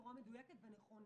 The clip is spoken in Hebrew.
בצורה מדויקת ונכונה.